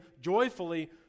joyfully